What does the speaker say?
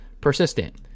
persistent